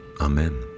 Amen